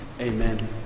amen